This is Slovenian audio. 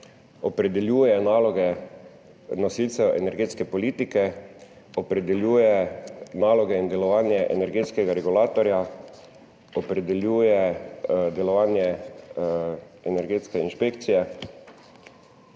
opredeljuje naloge nosilcev energetske politike, opredeljuje naloge in delovanje energetskega regulatorja, opredeljuje delovanje energetske inšpekcije,